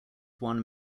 won